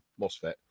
MOSFET